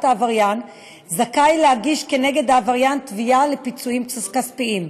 העבריין זכאי להגיש נגד העבריין תביעה לפיצויים כספיים.